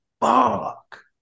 fuck